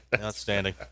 Outstanding